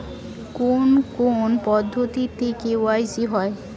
কোন কোন পদ্ধতিতে কে.ওয়াই.সি হয়?